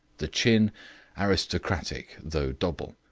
the chin aristocratic though double.